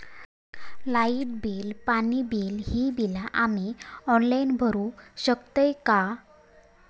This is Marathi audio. लाईट बिल, पाणी बिल, ही बिला आम्ही ऑनलाइन भरू शकतय का?